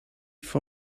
for